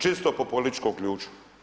Često po političkom ključu.